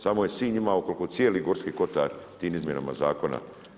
Samo je Sinj imao koliko cijeli Gorski Kotar tim izmjenama zakona.